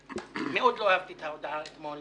מאוד לא אהבתי את ההודעה אתמול